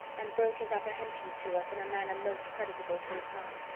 and broke his apprehensions to us in a manner most creditable to his heart.